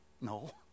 No